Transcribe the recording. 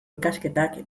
ikasketak